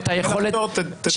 אבל לא לקטוע ח"כ בזמן שהוא מדבר.